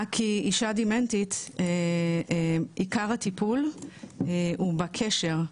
כי אישה דמנטית עיקר הטיפול הוא בקשר,